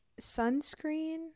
sunscreen